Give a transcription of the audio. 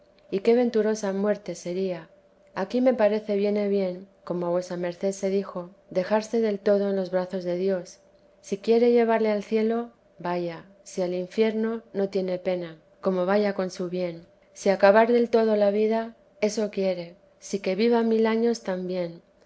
y qué venturosa muerte sería aquí me parece viene bien como a vuesa merced se dijo dejarse del todo en los brazos de dios si quiere llevarle al cielo vaya si al infierno no tiene pena como vaya con su bien si acabar del todo la vida eso quiere si que viva mil años también